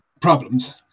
problems